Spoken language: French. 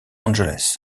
angeles